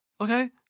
okay